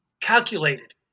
calculated